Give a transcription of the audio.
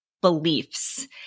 beliefs